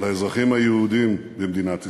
לאזרחים היהודים במדינת ישראל.